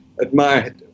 admired